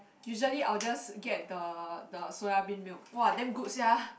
usually I will just get the the soya bean milk !wah! damn good sia